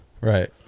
Right